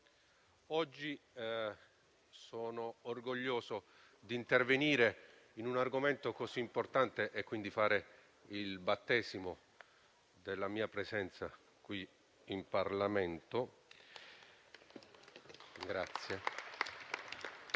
sono orgoglioso di intervenire oggi su un argomento così importante e quindi di fare il battesimo della mia presenza in Parlamento